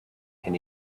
can